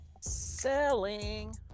Selling